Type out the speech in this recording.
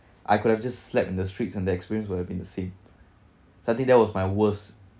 I could have just slept in the streets and the experience would have been the same so I think that was my worst